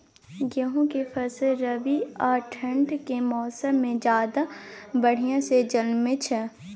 गेहूं के फसल रबी आ ठंड के मौसम में ज्यादा बढ़िया से जन्में छै?